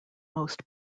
most